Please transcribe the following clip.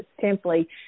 simply